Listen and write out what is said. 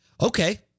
okay